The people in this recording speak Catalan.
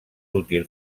útil